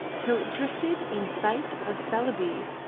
till it drifted in sight of celebes,